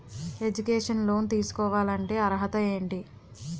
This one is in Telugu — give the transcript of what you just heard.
ఎడ్యుకేషనల్ లోన్ తీసుకోవాలంటే అర్హత ఏంటి?